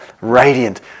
radiant